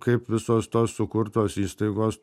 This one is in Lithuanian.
kaip visos tos sukurtos įstaigos